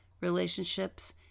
relationships